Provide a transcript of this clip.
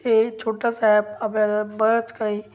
हे छोटा साहेब आपल्या बरंच काही